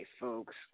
folks